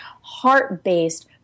heart-based